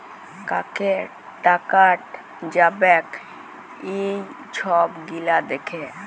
কাকে টাকাট যাবেক এই ছব গিলা দ্যাখা